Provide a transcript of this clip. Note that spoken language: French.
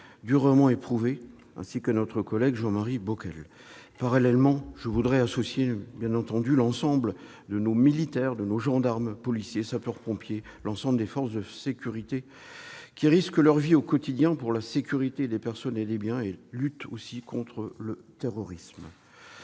durement éprouvées, ainsi qu'à notre collègue Jean-Marie Bockel. Je voudrais associer à cet hommage nos militaires, nos gendarmes, nos policiers, nos sapeurs-pompiers, l'ensemble des forces de sécurité qui risquent leur vie au quotidien pour la sécurité des personnes et des biens et qui luttent aussi contre le terrorisme.